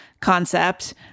concept